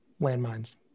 Landmines